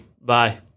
Bye